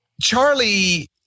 Charlie